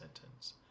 sentence